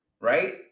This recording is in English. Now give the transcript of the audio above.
right